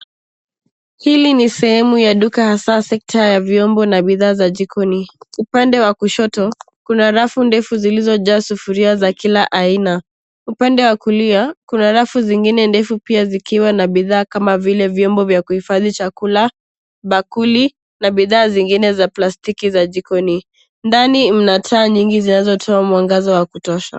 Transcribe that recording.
Hili ni sehemu ya duka hasa sekta ya vyombo na bidhaa za jikoni. Upande wa kushoto, kuna rafu ndefu zilizojaa sufuria za kulia aina, upande wa kulia, kuna rafu zingine ndefu pia zikiwa na bidhaa kama vile vyombo vya kuhifadhi chakula, bakuli na bidhaa zingine za plastiki za jikoni, ndani mna taa nyingi zinazotoa mwangaza wa kutosha.